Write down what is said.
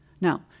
Now